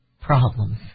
problems